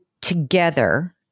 together